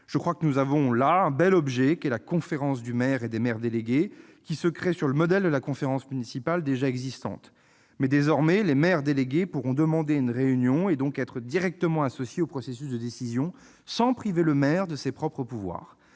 Je crois que nous avons là un bel objet qui est la conférence du maire et des maires délégués, créée sur le modèle de la conférence municipale déjà existante. Mais, désormais, les maires délégués pourront demander une réunion et donc être directement associés au processus de décision, sans priver le maire de ses propres pouvoirs.